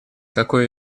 какой